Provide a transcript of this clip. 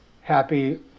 Happy